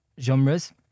genres